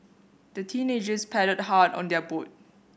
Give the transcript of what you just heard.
the teenagers paddled hard on their boat